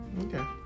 okay